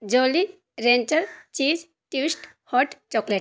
jolly rancher cheese twist hot chocolate